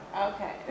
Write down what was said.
Okay